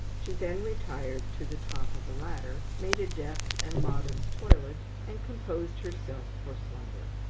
she then retired to the top of a ladder, made a deft and modest toilet, and composed herself for slumber.